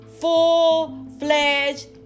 full-fledged